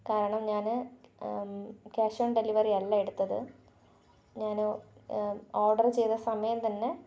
കാരണം ഞാൻ cash on delivery അല്ല എടുത്തത് ഞാൻ ഓഡർ ചെയ്ത സമയം തന്നെ